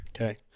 Okay